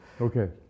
okay